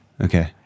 Okay